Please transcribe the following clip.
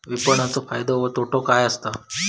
विपणाचो फायदो व तोटो काय आसत?